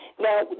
Now